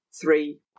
three